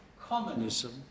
communism